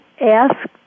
ask